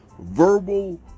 verbal